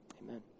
Amen